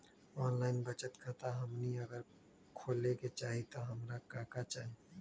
Online बचत खाता हमनी अगर खोले के चाहि त हमरा का का चाहि?